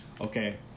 okay